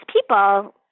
people